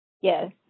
Yes